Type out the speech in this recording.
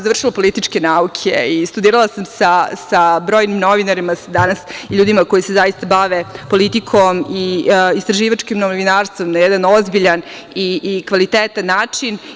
Završila sam političke nauke i studirala sam sa brojnim novinarima, sa ljudima koji se danas zaista bave politikom i istraživačkim novinarstvom na jedan ozbiljan i kvalitetan način.